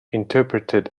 interpreted